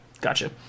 gotcha